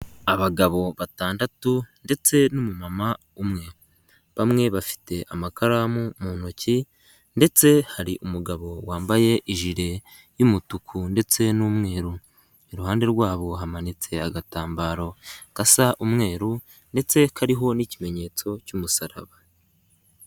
Abagabo batandatu ndetse n'umumama umwe .Bamwe bafite amakaramu mu ntoki ndetse hari umugabo wambaye ijire y'umutuku ndetse n'umweru .Iruhande rwabo hamanitse agatambaro gasa umweru ndetse kariho n'ikimenyetso cy'umusaraba.